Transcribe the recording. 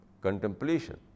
contemplation